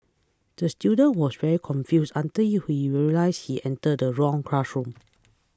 the student was very confused until you he realised he entered the wrong classroom